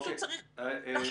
פשוט צריך לחשוב.